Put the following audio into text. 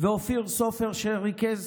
ואופיר סופר, שריכז